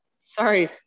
sorry